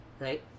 right